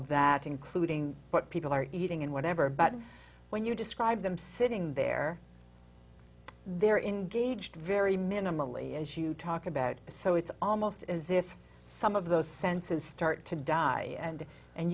of that including what people are eating and whatever but when you describe them sitting there they're in gauge very minimally as you talk about so it's almost as if some of those senses start to die and and